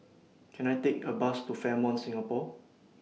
Can I Take A Bus to Fairmont Singapore